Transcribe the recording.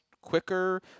quicker